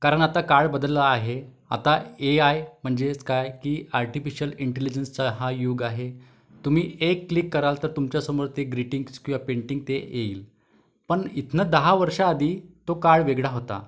कारण आता काळ बदलला आहे आता ए आय म्हणजेच काय की आर्टिफिशल इंटीलिजन्सचा हा युग आहे तुम्ही एक क्लिक कराल तर तुमच्यासमोर ते ग्रीटिंग्ज किंवा पेंटिंग ते येईल पण इथनं दहा वर्षाआधी तो काळ वेगळा होता